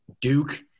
Duke